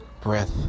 breath